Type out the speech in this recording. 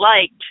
liked